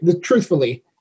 Truthfully